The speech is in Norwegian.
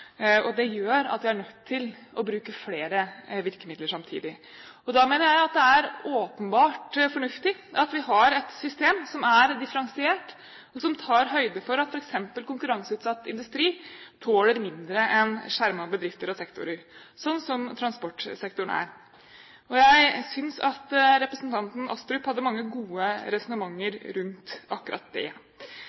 og det gjør at vi er nødt til å bruke flere virkemidler samtidig. Da mener jeg at det er åpenbart fornuftig at vi har et system som er differensiert, og som tar høyde for at f.eks. konkurranseutsatt industri tåler mindre enn skjermede bedrifter og sektorer, slik som transportsektoren er. Jeg synes at representanten Astrup hadde mange gode resonnementer rundt akkurat det.